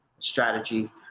strategy